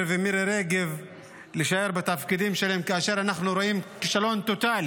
ומירי רגב להישאר בתפקידם כאשר אנחנו רואים כישלון טוטלי